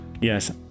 Yes